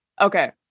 Okay